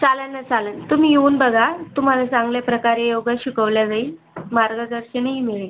चालेल ना चालेल तुम्ही येऊन बघा तुम्हाला चांगल्या प्रकारे योगा शिकवला जाईल मार्गदर्शनही मिळेल